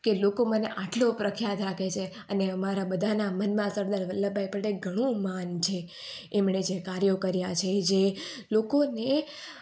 કે લોકો મને આટલો પ્રખ્યાત રાખે છે અને અમારા બધાના મનમાં સરદાર વલ્લભભાઈ પ્રત્યે ઘણું માન છે એમણે જે કાર્યો કર્યા છે એ જે લોકોને